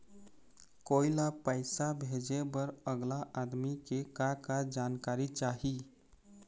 कोई ला पैसा भेजे बर अगला आदमी के का का जानकारी चाही?